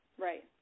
Right